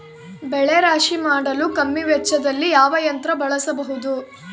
ಬೆಳೆ ರಾಶಿ ಮಾಡಲು ಕಮ್ಮಿ ವೆಚ್ಚದಲ್ಲಿ ಯಾವ ಯಂತ್ರ ಬಳಸಬಹುದು?